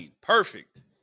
perfect